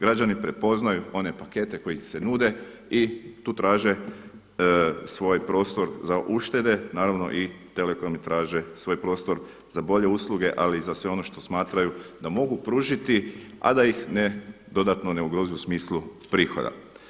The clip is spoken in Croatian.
Građani prepoznaju one pakete koji se nude i tu traže svoj prostor za uštede, naravno i telekomi traže svoj prostor za bolje usluge, ali i za sve ono što smatraju da mogu pružiti a da ih dodatno ne ugrozi u smislu prihoda.